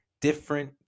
different